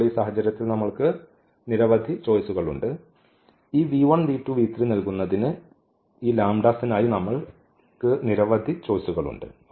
ഇപ്പോൾ ഈ സാഹചര്യത്തിൽ നമ്മൾക്ക് നിരവധി ചോയ്സുകൾ ഉണ്ട് ഈ നൽകുന്നതിന് ഈ ലാംഡാസിനായി നമ്മൾക്ക് നിരവധി ചോയ്സുകൾ ഉണ്ട്